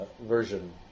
version